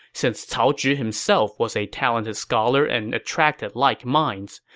since cao zhi himself was a talented scholar and attracted like minds,